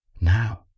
Now